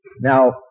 Now